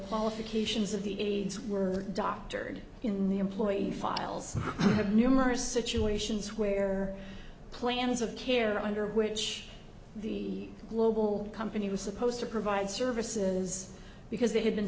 qualifications of the aides were doctored in the employee files of numerous situations where plans of care under which the global company was supposed to provide services because they had been